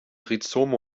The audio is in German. rhizome